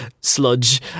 sludge